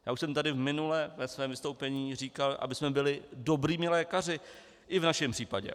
Já už jsem tady minule ve svém vystoupení říkal, abychom byli dobrými lékaři i v našem případě.